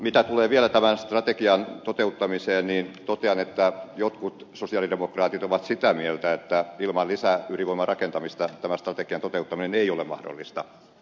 mitä tulee vielä tämän strategian toteuttamiseen niin totean että jotkut sosialidemokraatit ovat sitä mieltä että ilman lisäydinvoiman rakentamista tämän strategian toteuttaminen ei ole mahdollista